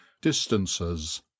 Distances